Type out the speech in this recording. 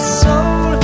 soul